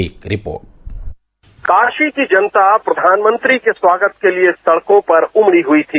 एक रिपोर्ट कारी की जनता प्रधानमंत्री के स्वागत के लिए सड़को पर उमड़ी हुई थी